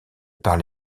par